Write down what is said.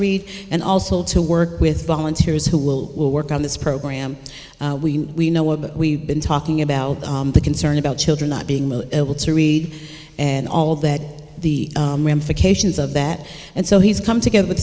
read and also to work with volunteers who will work on this program we know what we've been talking about the concern about children not being able to read and all that the ramifications of that and so he's come together